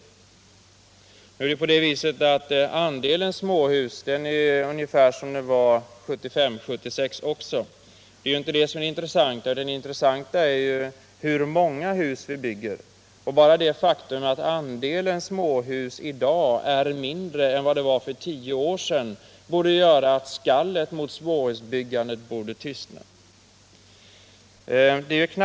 Andelen småhus är emellertid ungefär densamma som den var 1975 och 1976. Det är inte det som är det intressanta, utan det intressanta är hur många hus vi bygger. Bara det faktum att andelen småhus i dag är mindre än för tio år sedan borde göra att skallet mot småhusbyggandet tystnade.